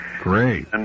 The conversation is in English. Great